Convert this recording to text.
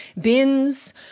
bins